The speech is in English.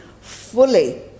fully